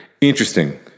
interesting